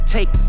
Take